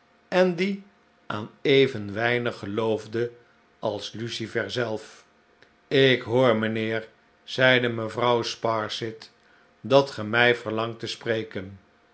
en die aan even weinig geloofde als lucifer zelf ik hoor mijnheer zeide mevrouw sparsit dat ge mij verlangt te spreken